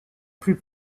plus